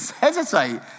hesitate